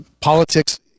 Politics